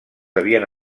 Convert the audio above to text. havien